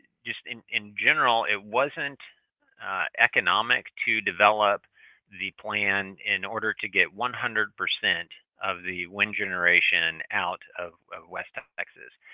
just in in general it wasn't economic to develop the plan in order to get one hundred percent of the wind generation out of ah west texas.